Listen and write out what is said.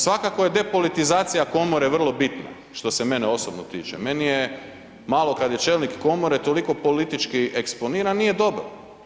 Svakako je depolitizacija komore vrlo bitna što se mene osobno tiče, meni je malo kad je čelnik komore toliko politički eksponiran, nije dobro.